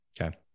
Okay